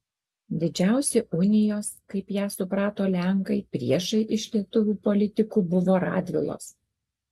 didžiausi unijos kaip ją suprato lenkai priešai iš lietuvių politikų buvo radvilos